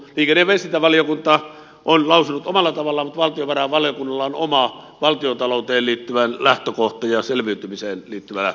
liikenne ja viestintävaliokunta on lausunut omalla tavallaan mutta valtiovarainvaliokunnalla on oma valtiontalouteen liittyvä lähtökohtansa ja selviytymiseen liittyvä lähtökohtansa